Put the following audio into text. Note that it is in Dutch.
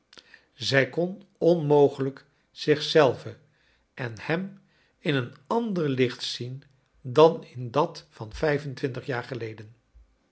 zij kon onmogelijk zich zelve en hem in een ander licht zien dan in dat van jaar geleden